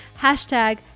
hashtag